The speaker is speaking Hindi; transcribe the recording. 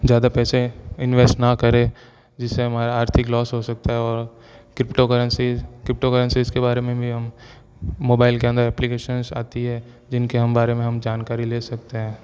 ज़्यादा पैसे इन्वेस्ट ना करें जिससे हमारा आर्थिक लॉस हो सकता है और क्रिप्टो कर्रेंसीज़ क्रिप्टो कर्रेंसीज़ के बारे में भी हम मोबाइल के अंदर ऐप्प्लिकेशन्स आती हैं जिनके हम बारे में हम जानकारी ले सकतें हैं